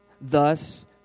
Thus